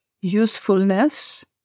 usefulness